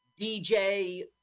DJ